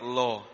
law